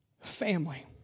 Family